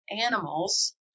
animals